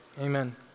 Amen